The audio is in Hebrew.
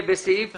סעיף